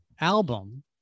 album